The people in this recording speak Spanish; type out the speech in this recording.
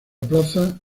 plaza